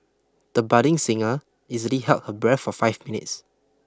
the budding singer easily held her breath for five minutes